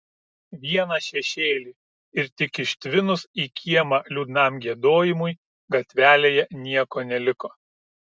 vieną šešėlį ir tik ištvinus į kiemą liūdnam giedojimui gatvelėje nieko neliko